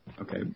Okay